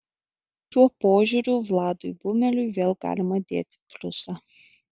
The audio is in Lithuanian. šiuo požiūriu vladui bumeliui vėl galima dėti pliusą